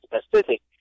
specific